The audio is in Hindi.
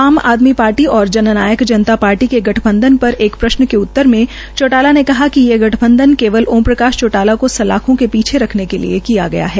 आम आदमी पार्टी और जननायक जनता पार्टी के गठबंधन के एक प्रश्न के उत्तर में चौटाला ने कहा ये गठबंधन केवल ओम प्रकाश चौटाला को सलाखों के पीछे रखने के लिए किया गया है